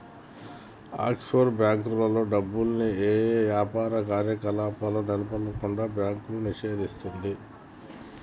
offshore బ్యేంకుల్లో డబ్బుల్ని యే యాపార కార్యకలాపాలను నెలకొల్పకుండా బ్యాంకు నిషేధిస్తది